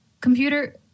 Computer